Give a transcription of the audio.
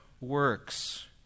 works